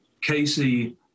Casey